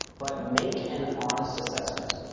but make an honest assessment.